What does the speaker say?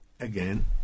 again